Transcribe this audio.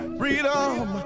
freedom